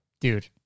dude